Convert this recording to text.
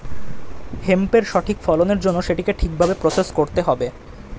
হেম্পের সঠিক ফলনের জন্য সেটিকে ঠিক ভাবে প্রসেস করতে হবে